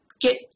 get